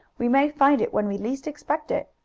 we may find it when we least expect it.